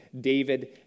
David